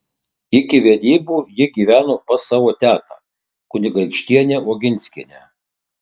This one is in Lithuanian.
iki vedybų ji gyveno pas savo tetą kunigaikštienę oginskienę